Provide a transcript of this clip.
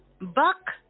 Buck